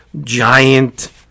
giant